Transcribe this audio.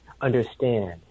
understand